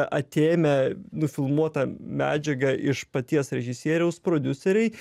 atėmę nufilmuotą medžiagą iš paties režisieriaus prodiuseriai